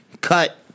cut